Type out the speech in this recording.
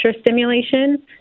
stimulation